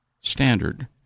standard